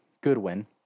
Goodwin